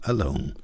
Alone